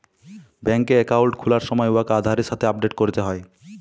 ব্যাংকে একাউল্ট খুলার সময় উয়াকে আধারের সাথে আপডেট ক্যরতে হ্যয়